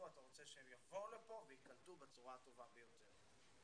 שהם יבואו לכאן וייקלטו בצורה הטובה ביותר.